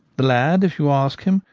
the lad, if you ask him,